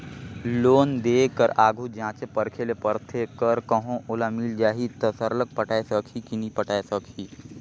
loan देय कर आघु जांचे परखे ले परथे कर कहों ओला मिल जाही ता सरलग पटाए सकही कि नी पटाए सकही